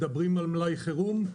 מדברים על מלאי חירום,